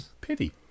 Pity